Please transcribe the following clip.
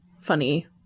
funny